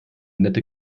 nette